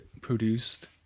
Produced